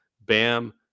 Bam